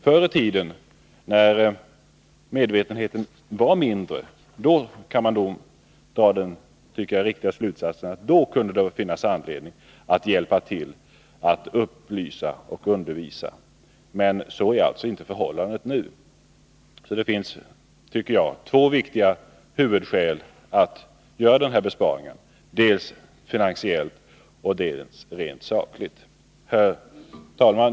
Förr i tiden, när medvetenheten var mindre, kunde man dra den som jag tycker riktiga slutsatsen att det kunde finnas anledning att hjälpa till att upplysa och undervisa. Men så är alltså inte förhållandet nu. Det finns, tycker jag, två viktiga huvudskäl att göra den här besparingen, dels ett finansiellt, dels ett sakligt. Herr talman!